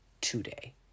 today